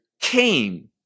came